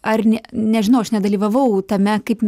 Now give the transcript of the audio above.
ar nė nežinau aš nedalyvavau tame kaip